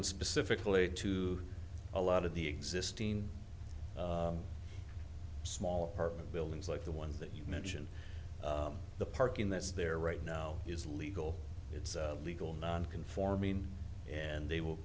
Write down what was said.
and specifically to a lot of the existing small apartment buildings like the one that you mention the parking that's there right now is legal it's legal non conforming and they will